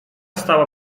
stała